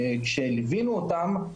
כשליווינו אותם,